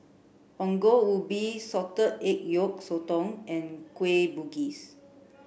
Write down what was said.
Ongol Ubi salted egg yolk sotong and Kueh Bugis